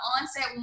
onset